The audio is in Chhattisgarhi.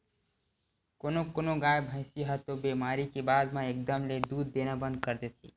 कोनो कोनो गाय, भइसी ह तो बेमारी के बाद म एकदम ले दूद देना बंद कर देथे